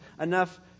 enough